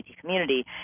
community